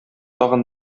тагын